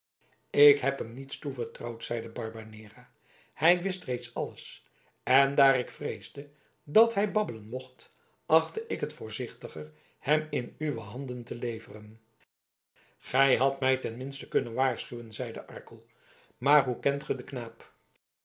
ik heb hem niets toevertrouwd zeide barbanera hij wist reeds alles en daar ik vreesde dat hij babbelen mocht achtte ik het voorzichtiger hem in uwe handen te leveren gij hadt mij ten minste kunnen waarschuwen zeide arkel maar hoe kent gij den knaap